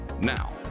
Now